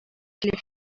килеп